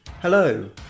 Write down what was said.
Hello